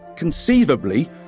conceivably